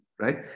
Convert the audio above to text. Right